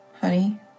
honey